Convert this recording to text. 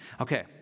Okay